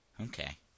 Okay